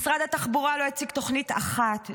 משרד התחבורה לא הציג תוכנית אחת,